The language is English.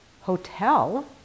hotel